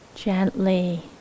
gently